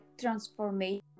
transformation